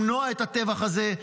למנוע את הטבח הזה,